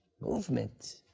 Movement